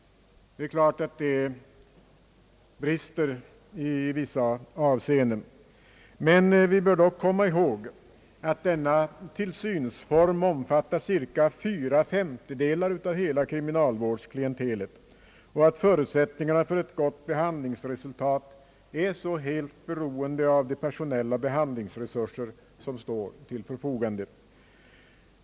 Det är klart att det brister i vissa avseenden. Men vi bör komma ihåg, att denna tillsynsform omfattar cirka fyra femtedelar av hela kriminalvårdsklientelet och att förutsättningarna för ett gott behandlingsresultat är så helt beroende av de personella behandlingsresurser som står till förfogande.